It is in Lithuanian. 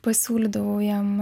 pasiūlydavau jiem